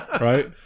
right